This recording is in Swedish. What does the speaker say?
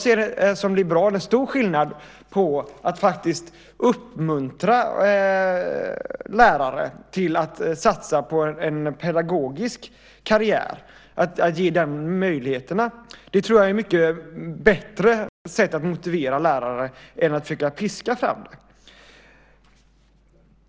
Att uppmuntra lärare och ge dem möjlighet att satsa på en pedagogisk karriär tror jag som liberal är ett bättre sätt att motivera lärare än att försöka piska fram det.